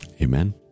Amen